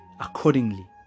accordingly